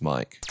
Mike